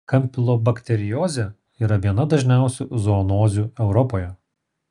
kampilobakteriozė yra viena dažniausių zoonozių europoje